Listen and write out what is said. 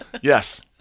Yes